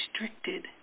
restricted